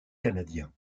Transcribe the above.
canadien